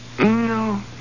No